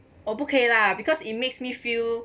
我不可以 lah because it makes me feel